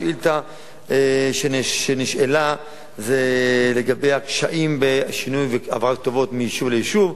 השאילתא שנשאלה היא לגבי הקשיים בשינוי והעברת כתובות מיישוב ליישוב.